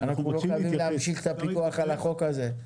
אנחנו לא חייבים להמשיך את הפיקוח על החוק הזה.